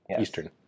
Eastern